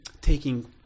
taking